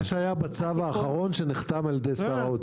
מה שהיה בצו האחרון שנחתם על ידי שר האוצר.